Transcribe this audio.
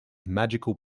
magical